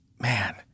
Man